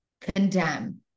condemn